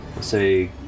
say